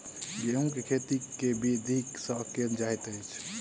गेंहूँ केँ खेती केँ विधि सँ केल जाइत अछि?